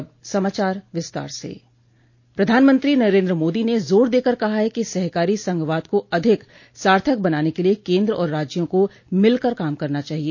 अब समाचार विस्तार से प्रधानमंत्री नरेन्द्र मोदी ने जोर देकर कहा है कि सहकारी संघवाद को अधिक सार्थक बनाने के लिए केंद्र और राज्यों को मिलकर काम करना चाहिए